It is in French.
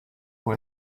pour